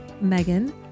Megan